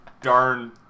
darn